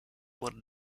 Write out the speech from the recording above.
wurde